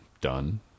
done